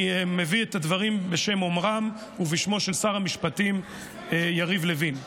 אני מביא את הדברים בשם אומרם ובשמו של שר המשפטים יריב לוין.